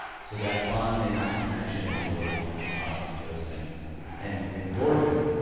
so that bonding, that connection is what elicits oxytocin and endorphin.